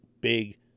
big